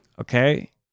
Okay